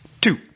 Two